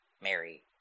Mary